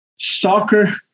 Soccer